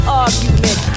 argument